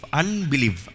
unbelief